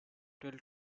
till